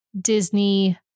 Disney